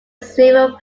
civil